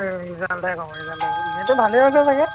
অঁ ৰিজাল্টে ক'ব ৰিজাল্টে ক'ব ৰিজাল্টো ভালে হৈছে চাগে